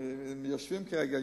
ואם יושבים כרגע,